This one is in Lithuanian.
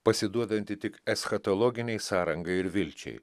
pasiduodanti tik eschatologinei sąrangai ir vilčiai